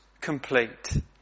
complete